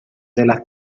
della